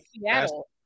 Seattle